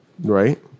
Right